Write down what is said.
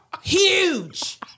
huge